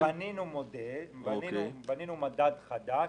בנינו מדד חדש.